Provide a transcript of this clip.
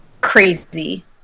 crazy